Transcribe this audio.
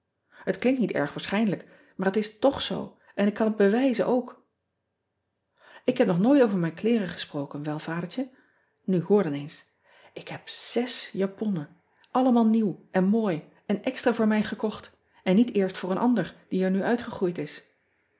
et klinkt niet erg waarschijnlijk maar het is tch zoo en ik kan het bewijzen ook k heb nog nooit over mijn kleeren gesproken wel adertje u hoor dan eens k heb zes japonnen allemaal nieuw en mooi en extra voor mij gekocht en niet eerst voor een ander die er nu uitgegroeid is